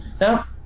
Now